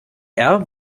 war